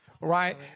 right